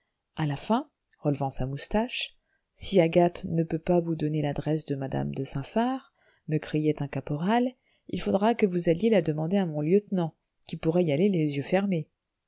à la fin relevant sa moustache si agathe ne peut pas vous donner l'adresse de madame de saint phar me criait un caporal il faudra que vous alliez la demander à mon lieutenant qui pourrait y aller les yeux fermés